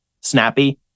snappy